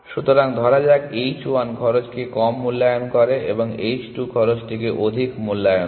সুতরাং ধরা যাক h 1 খরচকে কম মূল্যায়ন করে এবং h 2 খরচটিকে অধিক মূল্যায়ন করে